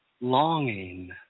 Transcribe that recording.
longing